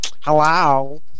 hello